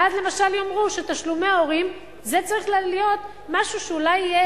ואז למשל יאמרו שתשלומי הורים זה צריך להיות משהו שאולי יהיה